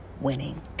winning